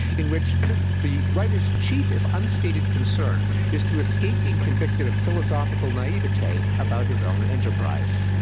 in which the writer's chief if unstated concern is to escape being convicted of philosophical naivete about his own enterprise.